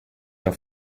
der